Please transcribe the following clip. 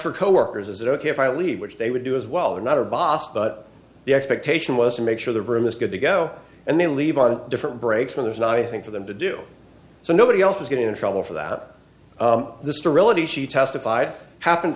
her coworkers is it ok if i leave which they would do as well or not her boss but the expectation was to make sure the room is good to go and then leave on different breaks when there's not anything for them to do so nobody else is getting in trouble for that this to realty she testified happen